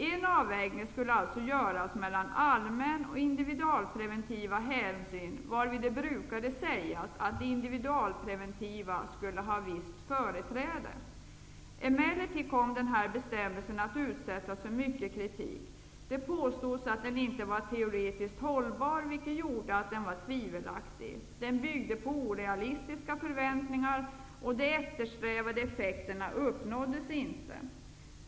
En avvägning skulle alltså göras mellan allmän och individualpreventiva hänsyn, varvid det brukade sägas att de individualpreventiva skulle ha visst företräde. Emellertid kom den här bestämmelsen att utsättas för mycket kritik. Det påstods att den inte var teoretiskt hållbar, vilket gjorde den tvivelaktig. Den byggde på orealistiska förväntningar, och de eftersträvade effekterna uppnåddes ofta inte.